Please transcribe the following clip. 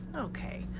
okay,